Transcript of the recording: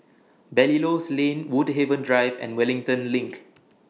Belilios Lane Woodhaven Drive and Wellington LINK